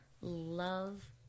love